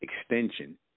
extension